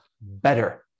better